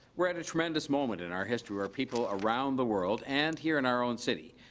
we're at a tremendous moment in our history our people around the world and here in our own city,